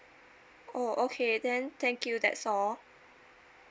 oh okay then thank you that's all